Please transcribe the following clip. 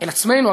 אל עצמנו,